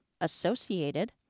associated